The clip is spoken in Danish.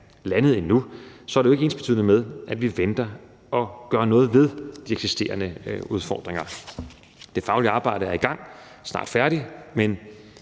landet endnu, er det jo ikke ensbetydende med, at vi venter med at gøre noget ved de eksisterende udfordringer. Det faglige arbejde er i gang og snart færdigt, men